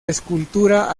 escultura